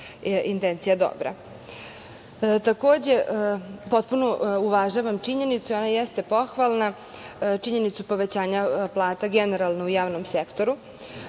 intencija dobra. Takođe, potpuno uvažavam činjenicu, i ona jeste pohvalna, povećanja plata, generalno u javnom sektoru.